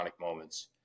moments